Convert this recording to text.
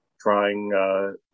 trying